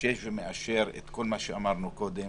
מאשש ומאשר את כל מה שאמרנו קודם.